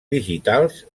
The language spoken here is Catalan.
digitals